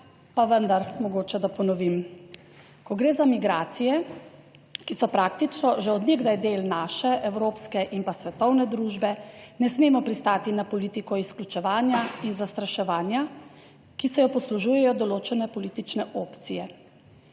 pa vendar mogoče, da ponovim. Ko gre za migracije, ki so praktično že od nekdaj del naše evropske in svetovne družbe, ne smemo pristati na politiko izključevanja in zastraševanja, ki se jo poslužujejo določene politične opcije,